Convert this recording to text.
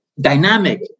dynamic